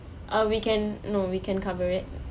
uh we can no we can cover it